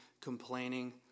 complaining